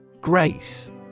Grace